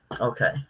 Okay